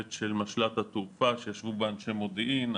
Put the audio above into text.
של משל"ט התעופה שישבו בה אנשי מודיעין,